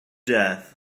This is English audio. death